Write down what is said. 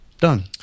Done